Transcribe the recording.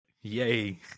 yay